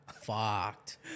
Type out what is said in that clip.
fucked